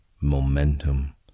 momentum